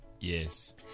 Yes